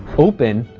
open,